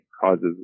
causes